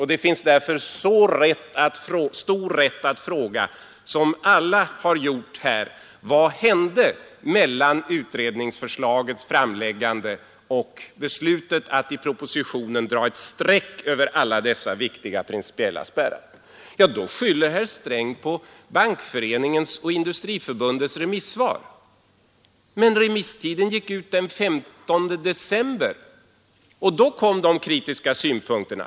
Och det finns rätt stor anledning att fråga, som flera har gjort här: Vad hände mellan utredningsförslagets framläggande och beslutet att i propositionen dra ett streck över alla dessa viktiga principiella spärrar? Nu skyller herr Sträng på Bankföreningens och Industriförbundets remissvar, men remisstiden gick ut den 15 december. Då kom de kritiska synpunkterna.